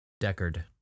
Deckard